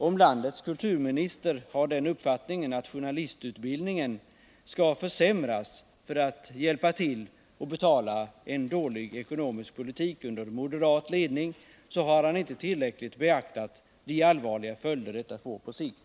Om landets kulturminister har den uppfattningen att journalist utbildningen skall försämras för att hjälpa till att betala en dålig ekonomisk - politik under moderat ledning, så har han inte tillräckligt beaktat de allvarliga följder detta får på sikt.